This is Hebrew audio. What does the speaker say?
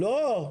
לא.